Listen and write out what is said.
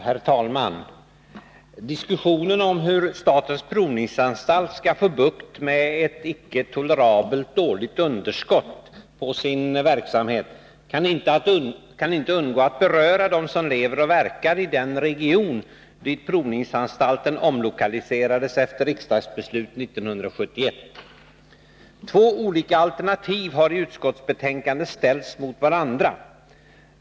Herr talman! Diskussionen om hur statens provningsanstalt skall få bukt med ett icke tolerabelt årligt underskott på sin verksamhet kan inte undgå att beröra dem som lever och verkar i den region dit provningsanstalten omlokaliserades efter riksdagsbeslut 1971. Två olika alternativ har i utskottsbetänkandet ställts mot varandra.